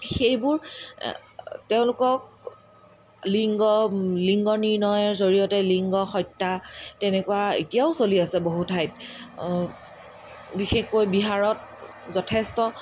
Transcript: সেইবোৰ তেওঁলোকক লিংগ লিংগ নিৰ্ণয়ৰ জৰিয়তে লিংগ হত্যা তেনেকুৱা এতিয়াও চলি আছে বহু ঠাইত বিশেষকৈ বিহাৰত যথেষ্ট